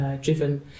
driven